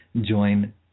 join